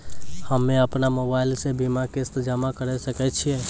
हम्मे अपन मोबाइल से बीमा किस्त जमा करें सकय छियै?